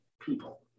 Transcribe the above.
People